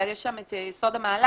אז יש שם את יסוד המעלה,